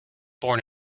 born